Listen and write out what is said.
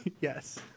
yes